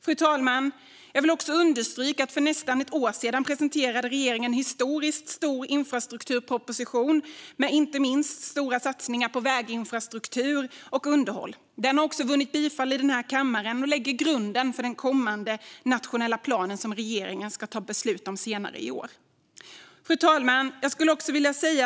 Fru talman! Jag vill understryka att regeringen för nästan ett år sedan presentade en historiskt stor infrastrukturproposition med inte minst stora satsningar på väginfrastruktur och underhåll. Den vann bifall i den här kammaren och lägger grunden för den kommande nationella plan som regeringen ska fatta beslut om senare i år. Fru talman!